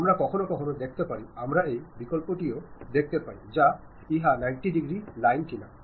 আমরা কখনও কখনও দেখতে পারি আমরা এই বিকল্পটিও দেখতে পাই যে ইহা 90 ডিগ্রি লাইন কিনা